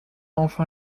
enfin